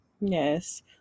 Yes